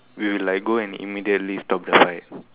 we will like go and immediately stop the fight